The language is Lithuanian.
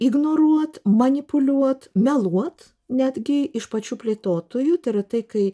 ignoruot manipuliuot meluot netgi iš pačių plėtotojų tai yra tai kai